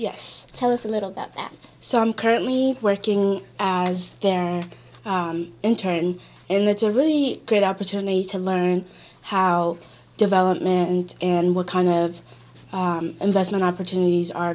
yes tell us a little that that so i'm currently working as their intern and that's a really great opportunity to learn how development and what kind of investment opportunities are